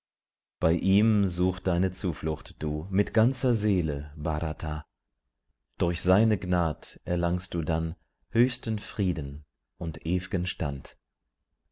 bei ihm such deine zuflucht du mit ganzer seele bhrata durch seine gnad erlangst du dann höchsten frieden und ew'gen stand